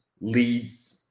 leads